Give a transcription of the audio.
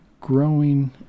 growing